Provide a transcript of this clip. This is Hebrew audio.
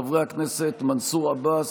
חברי הכנסת מנסור עבאס,